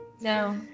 No